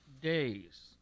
days